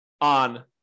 on